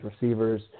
receivers